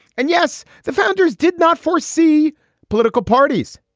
and yes, the founders did not foresee political parties.